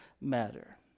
matter